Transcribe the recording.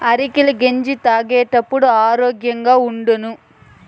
అరికెల గెంజి తాగేప్పుడే ఆరోగ్యంగా ఉండాను